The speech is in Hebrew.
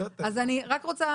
נעה,